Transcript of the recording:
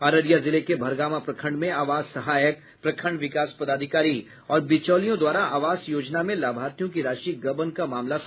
अररिया जिले के भरगामा प्रखंड में आवास सहायक प्रखंड विकास पदाधिकारी और बिचौलियों द्वारा आवास योजना में लाभार्थियों की राशि गबन का मामला सामने आया है